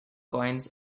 coins